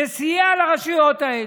זה סייע לרשויות האלה.